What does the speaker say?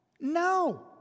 No